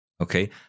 okay